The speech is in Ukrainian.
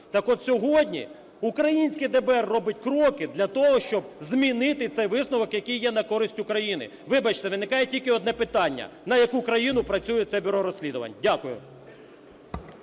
Так от, сьогодні українське ДБР робить кроки для того, щоб змінити цей висновок, який є на користь України. Вибачте, виникає тільки одне питання: на яку країну працює це бюро розслідувань? Дякую.